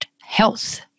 health